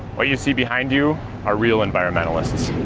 what you see behind you are real environmentalists.